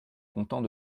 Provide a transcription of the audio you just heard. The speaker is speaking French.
content